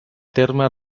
terme